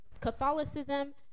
catholicism